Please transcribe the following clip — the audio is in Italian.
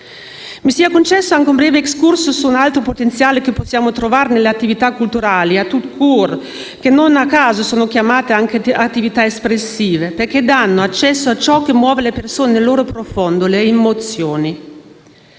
Mi sia concesso un breve *excursus* su un altro potenziale che possiamo trovare nelle attività culturali *tout court*, che non a caso sono chiamate anche attività espressive, perché danno accesso a ciò che muove le persone nel loro profondo, le emozioni.